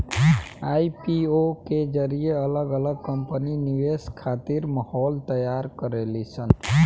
IPO के जरिए अलग अलग कंपनी निवेश खातिर माहौल तैयार करेली सन